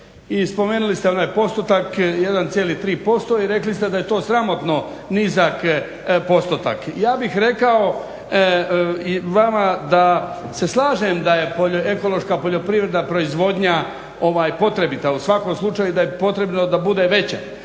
i spomenuli ste onaj postotak 1,3% i rekli ste da je to sramotno nizak postotak. Ja bih rekao i vama da se slažem da je ekološka poljoprivredna proizvodnja potrebita u svakom slučaju i da je potrebno da bude veća,